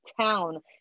town